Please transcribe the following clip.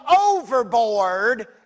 overboard